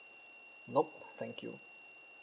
nope thank you